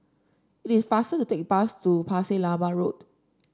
it is faster to take bus to Pasir Laba Road